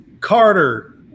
Carter –